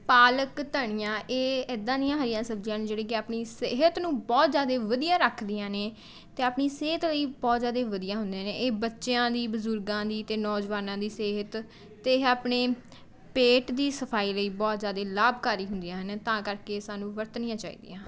ਪਾਲਕ ਧਨੀਆ ਇਹ ਇੱਦਾਂ ਦੀਆਂ ਹਰੀਆਂ ਸਬਜ਼ੀਆਂ ਹਨ ਜਿਹੜੀ ਕਿ ਆਪਣੀ ਸਿਹਤ ਨੂੰ ਬਹੁਤ ਜ਼ਿਆਦਾ ਵਧੀਆ ਰੱਖਦੀਆਂ ਨੇ ਅਤੇ ਆਪਣੀ ਸਿਹਤ ਲਈ ਬਹੁਤ ਜ਼ਿਆਦਾ ਵਧੀਆ ਹੁੰਦੀਆਂ ਨੇ ਇਹ ਬੱਚਿਆਂ ਦੀ ਬਜ਼ੁਰਗਾਂ ਦੀ ਅਤੇ ਨੌਜਵਾਨਾਂ ਦੀ ਸਿਹਤ ਅਤੇ ਇਹ ਆਪਣੇ ਪੇਟ ਦੀ ਸਫ਼ਾਈ ਲਈ ਬਹੁਤ ਜ਼ਿਆਦਾ ਲਾਭਕਾਰੀ ਹੁੰਦੀਆਂ ਹਨ ਤਾਂ ਕਰਕੇ ਸਾਨੂੰ ਵਰਤਣੀਆਂ ਚਾਹੀਦੀਆਂ ਹਨ